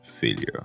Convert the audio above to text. failure